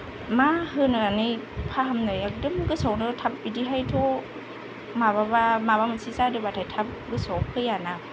मा होनानै फाहामनो एकदम गोसोआवनो थाब बिदिहायथ' माबाबा माबा मोनसे जादोंंब्लाथाय थाब गोसोआव फैयाना